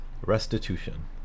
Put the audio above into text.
restitution